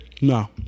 No